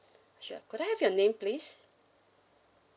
sure could I have your name please